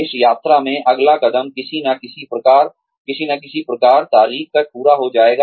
इस यात्रा में अगला कदम किसी न किसी प्रकार तारीख तक पूरा हो जाएगा